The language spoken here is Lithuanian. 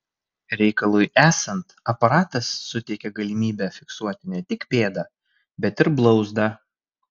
reikalui esant aparatas suteikia galimybę fiksuoti ne tik pėdą bet ir blauzdą